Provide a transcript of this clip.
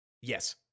yes